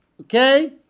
Okay